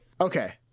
okay